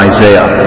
Isaiah